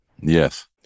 Yes